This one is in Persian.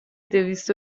دویست